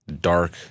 dark